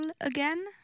again